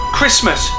Christmas